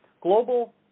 Global